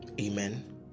amen